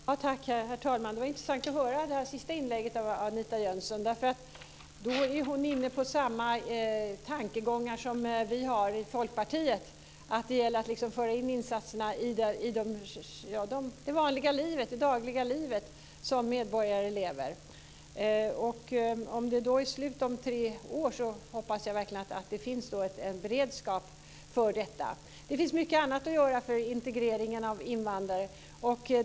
Herr talman! Det var intressant att höra det senaste inlägget från Anita Jönsson. Då är hon inne på samma tankegångar som vi har i Folkpartiet, nämligen att det gäller att föra in insatserna i det vanliga, dagliga liv som medborgarna lever. Om det då är slut om tre år hoppas jag verkligen att det finns en beredskap för detta. Det finns mycket annat att göra för integreringen av invandrare.